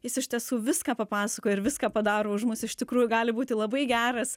jis iš tiesų viską papasakoja ir viską padaro už mus iš tikrųjų gali būti labai geras